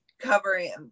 covering